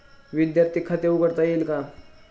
विद्यार्थी खाते उघडता येईल का?